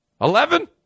Eleven